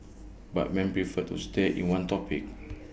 but men prefer to stay in one topic